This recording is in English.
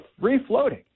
free-floating